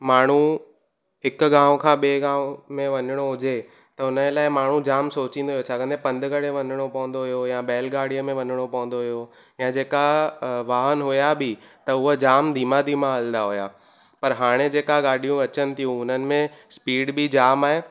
माण्हू हिकु गांव खां ॿिए गांव में वञिणो हुजे त उन जे लाइ माण्हू जामु सोचींदो हुयो छाकाणि त पंधु करे वञिणो पवंदो हुयो या बैलगाड़ीअ में वञिणो पवंदो हुयो या जेका अ वाहन हुया बि त उहे जामु धीमा धीमा हलंदा हुया पर हाणे जेका गाॾियूं अचनि थियूं उन्हनि में स्पीड बि जामु आहे